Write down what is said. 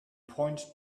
point